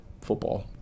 football